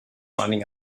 running